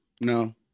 No